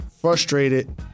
frustrated